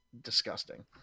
disgusting